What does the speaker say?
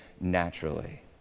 naturally